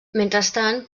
mentrestant